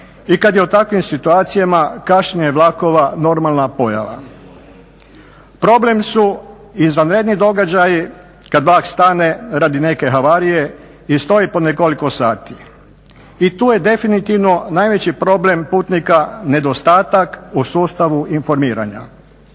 i kad je o takvim situacijama kašnjenje vlakova normalna pojava. Problem su izvanredni događaji kad vlak stane radi neke havarije i stoji po nekoliko sati. I tu je definitivno najveći problem putnika nedostatak u sustavu informiranja.